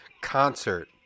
concert